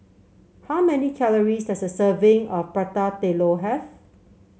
how many calories does a serving of Prata Telur have